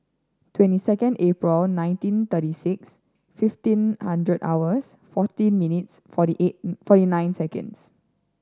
twenty second April nineteen thirty six fifteen hundred hours fourteen minutes forty eight forty nine seconds